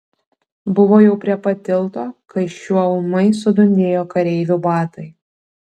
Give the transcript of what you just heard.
buvo jau prie pat tilto kai šiuo ūmai sudundėjo kareivių batai